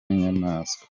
n’inyamaswa